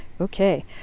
okay